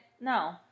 No